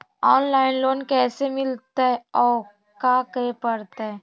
Online loan कैसे मिलतै औ का करे पड़तै?